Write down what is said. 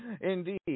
Indeed